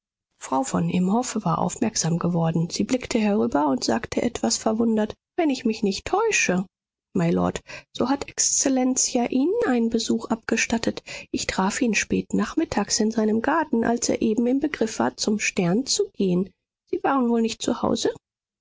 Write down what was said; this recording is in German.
frau von imhoff war aufmerksam geworden sie blickte herüber und sagte etwas verwundert wenn ich mich nicht täusche mylord so hat exzellenz ja ihnen einen besuch abgestattet ich traf ihn spät nachmittags in seinem garten als er eben im begriff war zum stern zu gehen sie waren wohl nicht